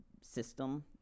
system